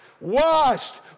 washed